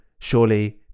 surely